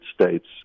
States